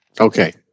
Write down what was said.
Okay